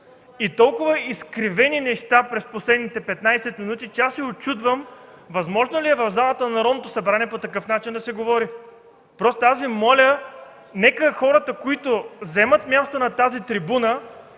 и толкова изкривени неща през последните 15 минути, че аз се учудвам възможно ли е в залата на Народното събрание по такъв начин да се говори? Просто аз Ви моля – нека хората, които заемат място на тази трибуна